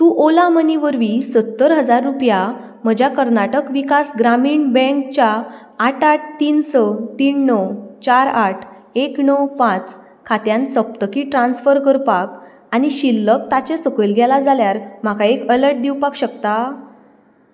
तूं Ola Money वरवीं सत्तर हजार रुपया म्हज्या कर्नाटक विकास ग्रामीण बँकच्या आठ आठ तीन स तीन णव चार आठ एक णव पांच खात्यांत सप्तकी ट्रान्स्फर करपाक आनी शिल्लक ताचे सकयल गेलां जाल्यार म्हाका एक अलर्ट दिवपाक शकता